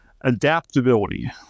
adaptability